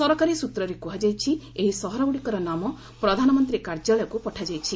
ସରକାରୀ ସୂତ୍ରରେ କୁହାଯାଇଛି ଏହି ସହରଗୁଡ଼ିକର ନାମ ପ୍ରଧାନମନ୍ତ୍ରୀ କାର୍ଯ୍ୟାଳୟକୁ ପଠାଯାଇଛି